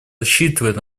рассчитывает